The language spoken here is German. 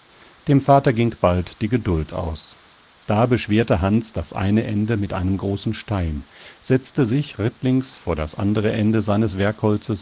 dem vater ging bald die geduld aus da beschwerte hans das eine ende mit einem großen stein setzte sich rittlings vor das andere ende seines